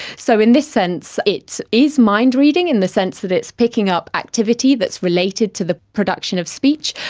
so in this sense it is mind reading in the sense that it is picking up activity that's related to the production of speech,